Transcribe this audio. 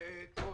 בבקשה.